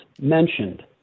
mentioned